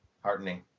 heartening